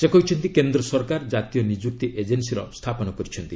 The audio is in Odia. ସେ କହିଛନ୍ତି କେନ୍ଦ୍ର ସରକାର କାତୀୟ ନିଯୁକ୍ତି ଏଜେନ୍ସିର ସ୍ଥାପନ କରିଛନ୍ତି